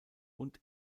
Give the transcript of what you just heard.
und